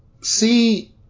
see